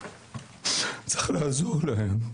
צריך לעזור להם.